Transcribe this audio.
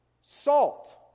salt